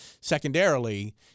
Secondarily